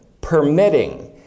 permitting